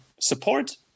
support